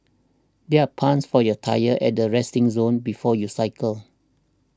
there are pumps for your tyres at the resting zone before you cycle